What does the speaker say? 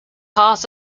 heart